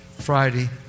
Friday